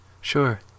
Sure